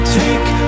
take